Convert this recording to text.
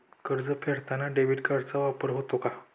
कर्ज फेडताना डेबिट कार्डचा वापर होतो का?